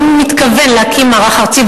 או אם הוא מתכוון להקים מערך ארצי,